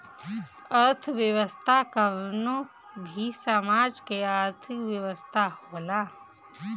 अर्थव्यवस्था कवनो भी समाज के आर्थिक व्यवस्था होला